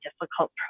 difficult